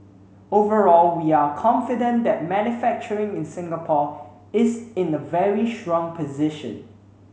overall we are confident that manufacturing in Singapore is in a very strong position